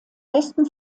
westen